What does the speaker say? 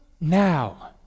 now